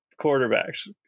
quarterbacks